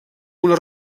una